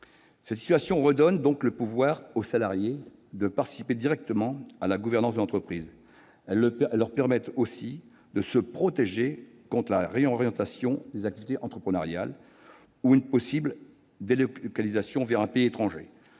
Cette situation redonne donc le pouvoir aux salariés de participer directement à la gouvernance de l'entreprise. Elle leur permet aussi de se protéger contre la réorientation des activités entrepreneuriales ou une possible délocalisation vers un pays étranger.